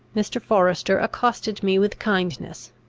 mr. forester accosted me with kindness,